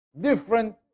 different